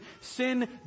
Sin